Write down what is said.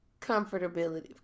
Comfortability